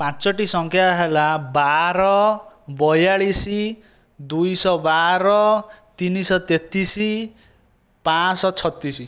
ପାଞ୍ଚଟି ସଂଖ୍ୟା ହେଲା ବାର ବୟାଲିଶ ଦୁଇଶହବାର ତିନିଶହ ତେତିଶ ପାଞ୍ଚଶହ ଛତିଶ